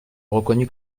reconnu